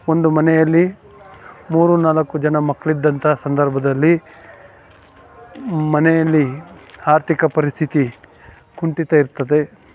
ಒಂದು ಮನೆಯಲ್ಲಿ ಮೂರು ನಾಲ್ಕು ಜನ ಮಕ್ಕಳಿದ್ದಂಥ ಸಂದರ್ಭದಲ್ಲಿ ಮನೆಯಲ್ಲಿ ಆರ್ಥಿಕ ಪರಿಸ್ಥಿತಿ ಕುಂಠಿತ ಇರ್ತದೆ